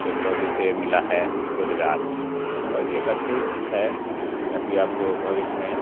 technology से मिला है रोज़गार टेक्नोलॉजी एक अच्छी है ऐसी आपको भविष्य में